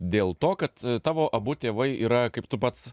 dėl to kad tavo abu tėvai yra kaip tu pats